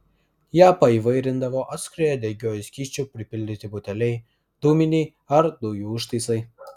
ją paįvairindavo atskrieję degiuoju skysčiu pripildyti buteliai dūminiai ar dujų užtaisai